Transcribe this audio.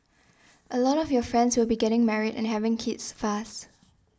a lot of your friends will be getting married and having kids fast